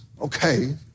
okay